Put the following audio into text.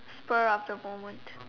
spur of the moment